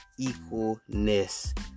equalness